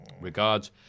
Regards